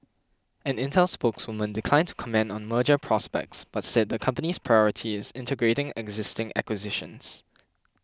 an Intel spokeswoman declined to comment on merger prospects but said the company's priority is integrating existing acquisitions